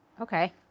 Okay